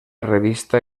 revista